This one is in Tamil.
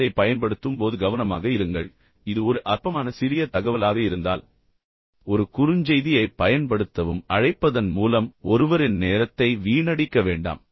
எனவே நீங்கள் அதைப் பயன்படுத்தும் போது கவனமாக இருங்கள் குறிப்பாக இது ஒரு அற்பமான சிறிய தகவலாக இருந்தால் ஒரு குறுஞ்செய்தியைப் பயன்படுத்தவும் ஒருவரின் நேரத்தை அவர்களின் பிஸியான அட்டவணையில் அழைப்பதன் மூலம் கடத்த வேண்டாம்